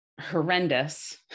horrendous